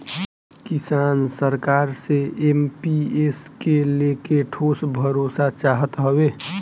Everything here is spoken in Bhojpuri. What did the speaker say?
किसान सरकार से एम.पी.एस के लेके ठोस भरोसा चाहत हवे